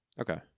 okay